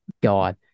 God